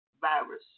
virus